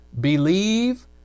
believe